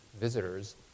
visitors